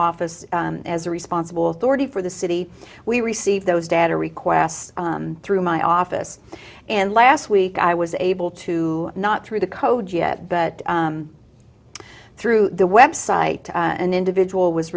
office as a responsible thirty for the city we received those data requests through my office and last week i was able to not through the code yet but through the website an individual was